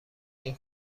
این